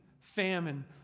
famine